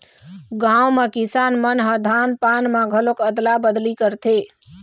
गाँव म किसान मन ह धान पान म घलोक अदला बदली करथे